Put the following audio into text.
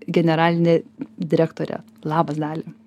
generalinė direktorė labas dalia